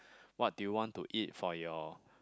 what do you want to eat for your